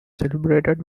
celebrated